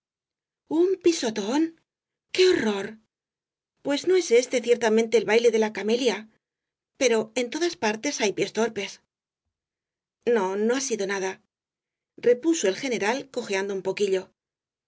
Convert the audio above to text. un pisotón qué horror pues no es este ciertamente el baile de la camelia pero en todas partes hay pies torpes no no ha sido nada repuso el general cojeando un poquillo